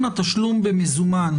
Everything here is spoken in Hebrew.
במזומן.